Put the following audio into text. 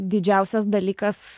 didžiausias dalykas